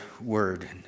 word